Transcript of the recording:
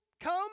come